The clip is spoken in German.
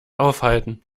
aufhalten